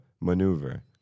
maneuver